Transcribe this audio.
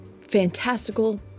fantastical